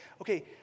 okay